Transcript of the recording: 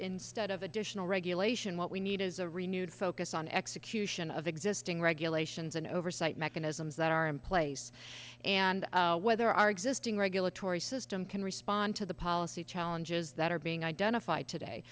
instead of additional regulation what we need is a renewed focus on execution of existing regulations and oversight mechanisms that are in place and whether our existing regulatory system can respond to the policy challenges that are being identified today